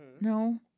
No